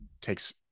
takes